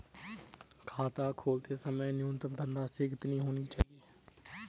खाता खोलते समय न्यूनतम धनराशि कितनी होनी चाहिए?